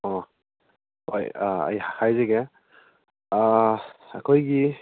ꯑꯣ ꯍꯣꯏ ꯑꯩ ꯍꯥꯏꯖꯒꯦ ꯑꯩꯈꯣꯏꯒꯤ